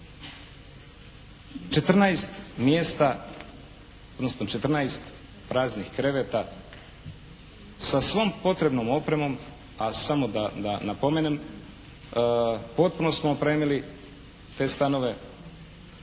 14 mjesta, odnosno 14 praznih kreveta sa svom potrebnom opremom, a samo da napomenem potpuno smo opremili te stanove